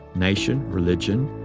nation, religion,